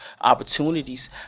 opportunities